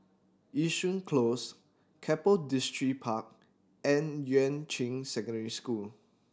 Yishun Close Keppel Distripark and Yuan Ching Secondary School